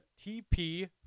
TP